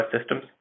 systems